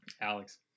Alex